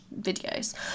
videos